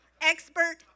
Expert